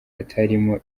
hatarimo